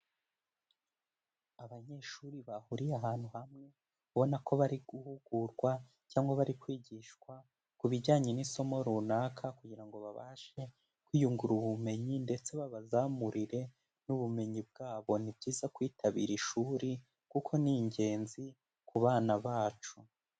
Abanyeshuri bahuriye ahantu hamwe, ubona ko bari guhugurwa cyangwa bari kwigishwa ku bijyanye n'isomo runaka kugira ngo babashe kwiyungura ubumenyi ndetse babazamurire n'ubumenyi bwabo, ni byiza kwitabira ishuri kuko ni ingenzi ku bana bacu.